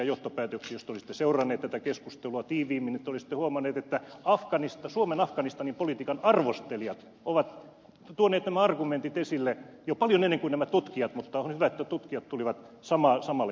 jos te olisitte seurannut tätä keskustelua tiiviimmin te olisitte huomannut että suomen afganistanin politiikan arvostelijat ovat tuoneet nämä argumentit esille jo paljon ennen kuin nämä tutkijat mutta on hyvä että tutkijat tulivat samalle kannalle